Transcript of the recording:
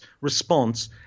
response